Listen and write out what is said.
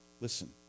listen